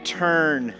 turn